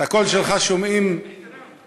את הקול שלך שומעים אי-שם,